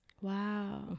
Wow